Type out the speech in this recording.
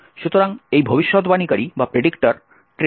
সুতরাং এই ভবিষ্যদ্বাণীকারী ট্রেইলটি আপনার শেল দেখায়